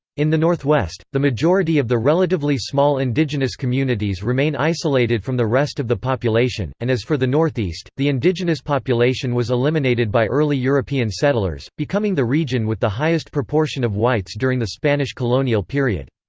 in the northwest, the majority of the relatively small indigenous communities remain isolated from the rest of the population, and as for the northeast, the indigenous population was eliminated by early european settlers, becoming the region with the highest proportion of whites during the spanish colonial period.